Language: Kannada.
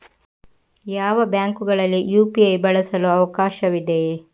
ಯಾವ ಬ್ಯಾಂಕುಗಳಲ್ಲಿ ಯು.ಪಿ.ಐ ಬಳಸಲು ಅವಕಾಶವಿದೆ?